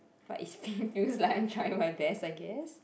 but it's like I'm trying my best I guess